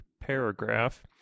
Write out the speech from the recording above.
paragraph